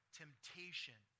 temptation